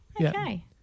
Okay